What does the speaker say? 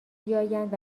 بیایند